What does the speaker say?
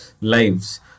lives